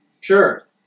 Sure